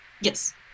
Yes